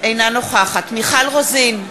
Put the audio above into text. אינה נוכחת מיכל רוזין,